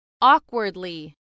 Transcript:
Awkwardly